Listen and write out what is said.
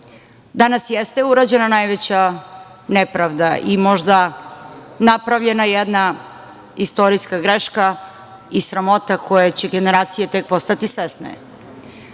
Danas jeste urađena najveća nepravda i možda napravljena jedna istorijska greška i sramota koje će generacije tek postati svesne. Ima